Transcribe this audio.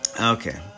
Okay